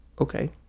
okay